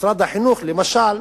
משרד החינוך, למשל,